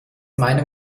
meine